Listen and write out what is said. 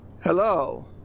Hello